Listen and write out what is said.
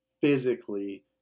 physically